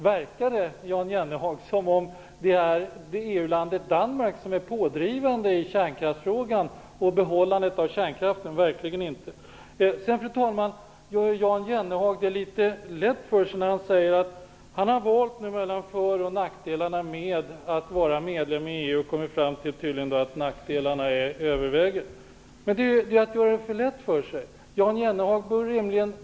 Verkar det, Jan Jennehag, som om det är EU-landet Danmark som är pådrivande i kärnkraftsfrågan och vill behålla kärnkraften? Det gör det verkligen inte. Sedan, fru talman, gör Jan Jennehag det litet lätt för sig när han säger att han har vägt för och nackdelar med att vara medlem i EU och har kommit fram till att nackdelarna överväger. Jan Jennehag bör rimligen ha en vision om vad som händer om Sverige står utanför EU.